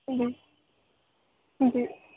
हम्म जी